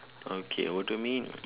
okay over to me